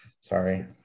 Sorry